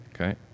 okay